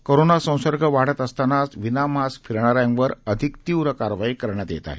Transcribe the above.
राज्यात कोरोना संसर्ग वाढत असतानाच विनामास्क फिरणाऱ्यांवर अधीक तीव्र कारवाई करण्यात येत आहे